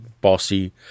bossy